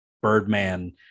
birdman